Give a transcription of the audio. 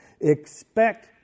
expect